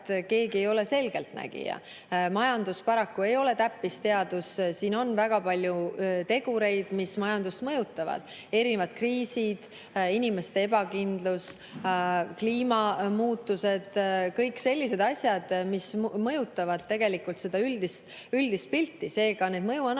keegi ei ole selgeltnägija. Majandus paraku ei ole täppisteadus. On väga palju tegureid, mis majandust mõjutavad: erinevad kriisid, inimeste ebakindlus, kliimamuutused – kõik sellised asjad, mis mõjutavad tegelikult üldist pilti. Seega neid mõjuanalüüse